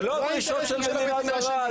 זה לא דרישות של מדינה זרה,